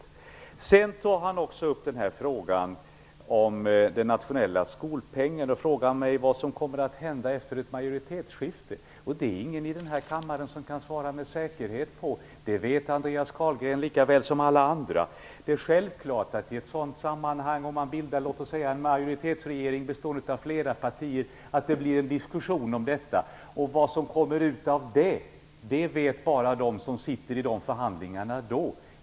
Andreas Carlgren tog också upp frågan om den nationella skolpengen och frågade mig vad som kommer att hända efter ett majoritetsskifte. Det är ingen i den här kammaren som kan svara med säkerhet på den frågan. Det vet Andreas Carlgren lika väl som alla andra. Om man bildar en majoritetsregering bestående av flera partier är det självklart att det blir en diskussion om detta, och vad som kommer ut av den diskussionen vet bara de som sitter med i förhandlingarna då.